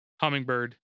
Hummingbird